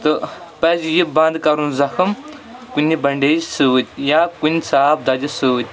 تہٕ پَزِ یہِ بند کَرُن زخم کُنہِ بنڈیج سۭتۍ یا کُنہِ صاف دَجہِ سۭتۍ